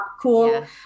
Cool